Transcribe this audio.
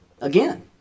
again